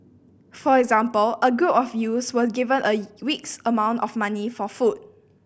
for example a group of youths were given a week's amount of money for food